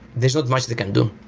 there's not much they can do.